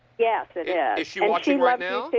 yeah so yeah she watching right now?